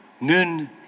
noon